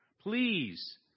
Please